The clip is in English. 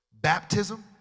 Baptism